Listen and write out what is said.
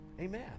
Amen